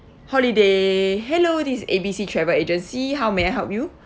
holiday hello this is A B C travel agency how may I help you